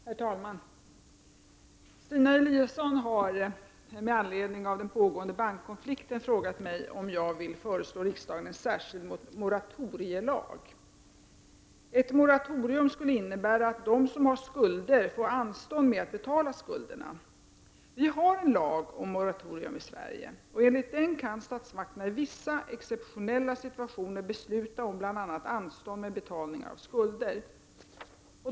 Herr talman! Stina Eliasson har, med anledning av den pågående bankkonflikten, frågat mig om jag vill föreslå riksdagen en särskild moratorielag. Ett moratorium skulle innebära att de som har skulder får anstånd med att betala skulderna. Vi har en lag om moratorium i Sverige. Enligt den kan statsmakterna i vissa exceptionella situationer besluta om bl.a. anstånd med betalning av skulder.